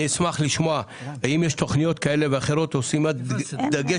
אני אשמח לשמוע האם יש תוכניות כאלה ואחרות או שימת דגש.